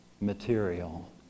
material